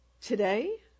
today